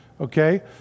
Okay